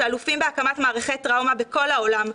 שאלופים בהקמת מערכי טראומה בכל העולם,